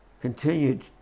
continued